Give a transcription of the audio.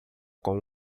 com